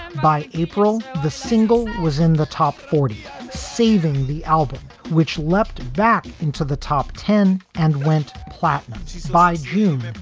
by april, the single was in the top forty point saving the album which leapt back into the top ten and went platinum. she's by june. and